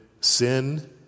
sin